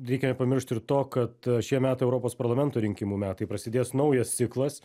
reikia nepamiršt ir to kad šie metai europos parlamento rinkimų metai prasidės naujas ciklas